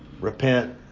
repent